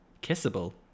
Kissable